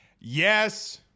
yes